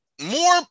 more